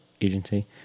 agency